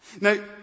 Now